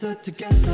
together